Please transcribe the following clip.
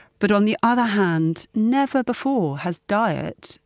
but on the other hand, never before has diet,